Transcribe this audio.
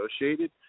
negotiated